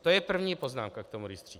To je první poznámka k tomu rejstříku.